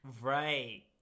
right